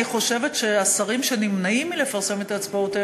אני חושבת שהשרים שנמנעים מלפרסם את ההצבעות,